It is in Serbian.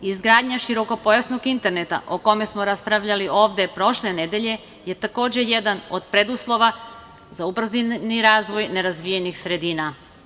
Izgradnja širokopojasnog interneta, o kome smo raspravljali ovde prošle nedelje, je takođe jedan od preduslova za ubrzani razvoj nerazvijenih sredina.